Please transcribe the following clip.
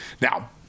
Now